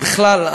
בכלל,